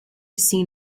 seen